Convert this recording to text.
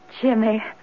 Jimmy